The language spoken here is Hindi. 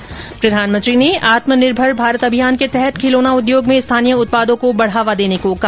्र प्रधानमंत्री ने आत्मनिर्भर भारत अभियान के तहत खिलौना उद्योग में स्थानीय उत्पादों को बढ़ावा देने को कहा